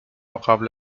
قبل